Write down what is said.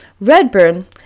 Redburn